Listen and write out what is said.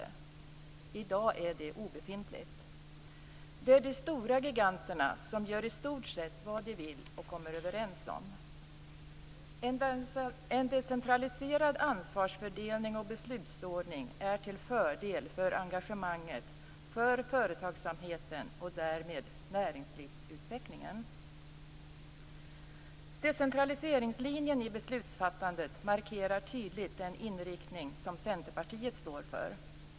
I dag är det obefintligt. Det är de stora giganterna som gör i stort sett vad de vill och kommer överens om. En decentraliserad ansvarsfördelning och beslutsordning är till fördel för engagemanget, för företagsamheten och därmed näringslivsutvecklingen. Decentraliseringslinjen i beslutsfattandet markerar tydligt den inriktning som Centerpartiet står för.